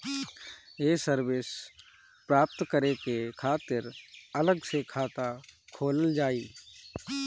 ये सर्विस प्राप्त करे के खातिर अलग से खाता खोलल जाइ?